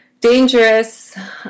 dangerous